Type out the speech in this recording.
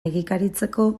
egikaritzeko